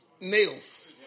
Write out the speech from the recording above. nails